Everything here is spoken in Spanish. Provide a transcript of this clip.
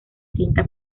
quinta